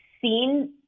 seen